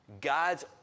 God's